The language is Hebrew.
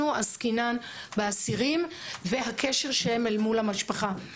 עסקינן באסירים והקשר שלהם אל מול המשפחה.